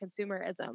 consumerism